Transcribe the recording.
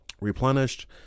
replenished